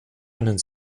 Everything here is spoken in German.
einen